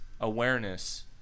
awareness